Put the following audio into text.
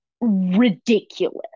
ridiculous